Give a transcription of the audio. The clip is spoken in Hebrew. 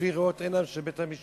לפי ראות עיניו של בית-המשפט.